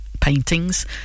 paintings